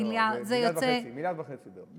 מיליארד וחצי בערך.